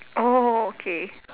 oh okay